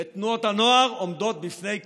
ותנועות הנוער עומדות בפני קריסה.